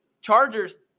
Chargers